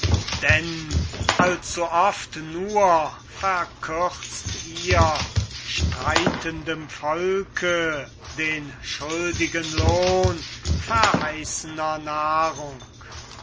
denn allzuoft nur verkürzt ihr streitendem volke den schuldigen lohn verheißener nahrung